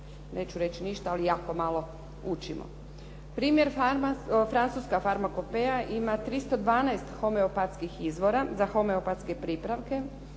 neću reći ništa ali jako malo učimo. Primjer francuska farmakopeja ima 312 homeopatskih izvora za homeopatske pripravke,